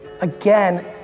again